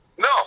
No